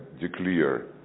declare